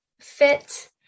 fit